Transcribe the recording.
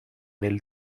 nel